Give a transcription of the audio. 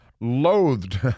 loathed